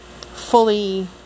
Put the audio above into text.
fully